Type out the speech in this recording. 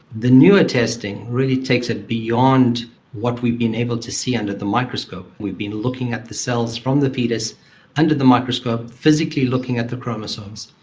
the newer testing really takes it beyond what we've been able to see under the microscope. we've been looking at the cells from the foetus under the microscope, physically looking at the chromosomes,